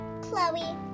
Chloe